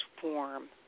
form